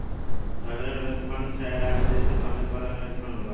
sovereign wealth fund राज्य चाहे देश के स्वामित्व वाला निवेश फंड होला